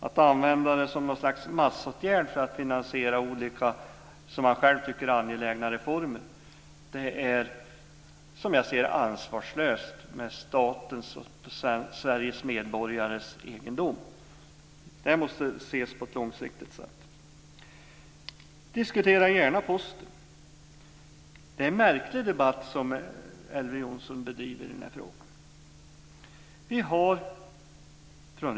Att använda utförsäljning som ett slags massåtgärd för att finansiera reformer som man själv tycker är angelägna är, som jag ser det, att inte ta ansvar för statens och Sveriges medborgares egendom. Man måste ha ett mera långsiktigt synsätt. Diskutera gärna Posten! Det är en märklig debatt som Elver Jonsson för i den frågan.